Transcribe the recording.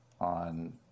on